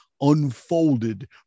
unfolded